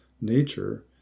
nature